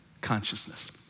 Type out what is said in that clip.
consciousness